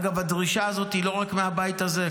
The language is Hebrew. אגב, הדרישה הזאת היא לא רק מהבית הזה.